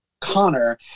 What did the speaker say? Connor